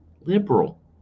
liberal